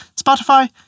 Spotify